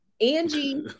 Angie